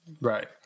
Right